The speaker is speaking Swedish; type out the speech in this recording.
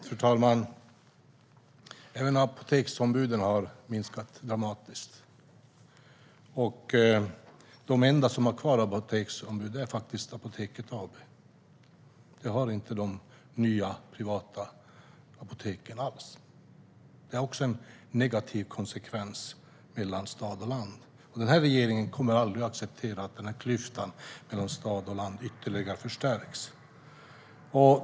Fru talman! Även apoteksombuden har minskat dramatiskt. De enda som har kvar apoteksombud är faktiskt Apoteket AB. De nya privata apoteken har inte det. Detta är också en negativ konsekvens mellan stad och land. Regeringen kommer aldrig att acceptera att klyftan mellan stad och land förstärks ytterligare.